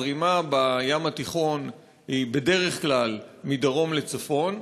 הזרימה בים התיכון היא בדרך כלל מדרום לצפון,